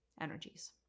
energies